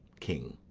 king.